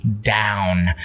down